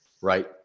right